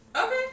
Okay